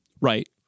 right